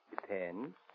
Depends